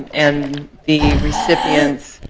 and the recipients